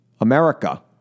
America